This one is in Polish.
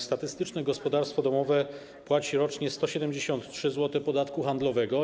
Statystyczne gospodarstwo domowe płaci rocznie 173 zł podatku handlowego.